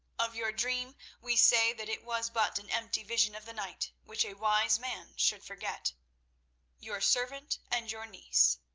of your dream we say that it was but an empty vision of the night which a wise man should forget your servant and your niece.